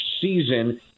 season